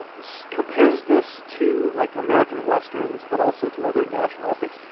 ah so compares this to like american westerns, but also to other national epics.